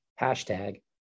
hashtag